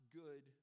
good